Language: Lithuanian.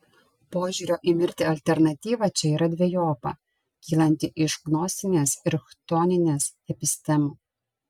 požiūrio į mirtį alternatyva čia yra dvejopa kylanti iš gnostinės ir chtoninės epistemų